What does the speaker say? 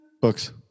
Books